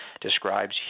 describes